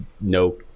no